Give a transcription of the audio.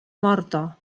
morta